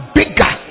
bigger